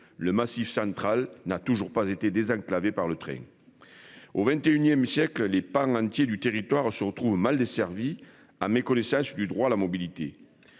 Le Massif central n'a toujours pas été désenclavée par le train. Au XXIe siècle les pans entiers du territoire se retrouvent mal desservies. Ah mais que les sages du droit à la mobilité.